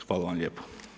Hvala vam lijepo.